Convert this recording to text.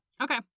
Okay